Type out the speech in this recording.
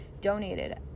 donated